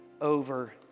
over